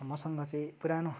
मसँग चाहिँ पुरानो